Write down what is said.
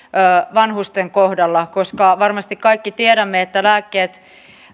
vanhusten kohdalla varmasti kaikki tiedämme että